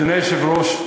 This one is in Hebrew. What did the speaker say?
אדוני היושב-ראש,